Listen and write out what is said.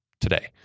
today